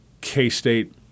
K-State